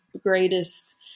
greatest